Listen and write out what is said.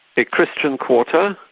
a christian quarter,